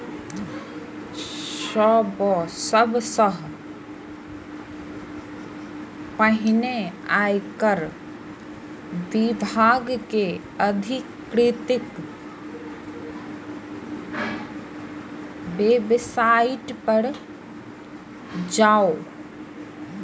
सबसं पहिने आयकर विभाग के अधिकृत वेबसाइट पर जाउ